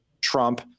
Trump